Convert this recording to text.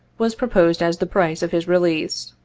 was proposed as the price of his release.